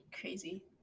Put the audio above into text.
crazy